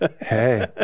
Hey